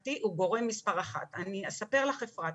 התעסוקתי הם גורמים מספר אחת ואני אספר לך אפרת,